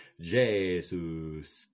Jesus